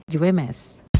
UMS